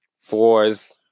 fours